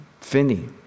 Finney